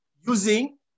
using